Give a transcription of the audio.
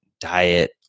diet